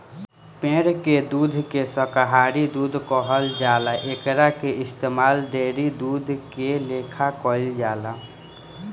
पेड़ के दूध के शाकाहारी दूध कहल जाला एकरा के इस्तमाल डेयरी दूध के लेखा कईल जाला